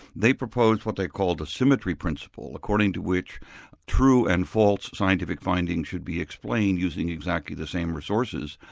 they proposed what they call the symmetry principle, according to which true and false scientific findings should be explained using exactly the same resources.